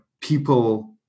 people